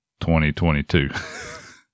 2022